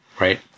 Right